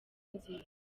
nziza